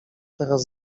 teraz